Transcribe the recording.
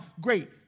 Great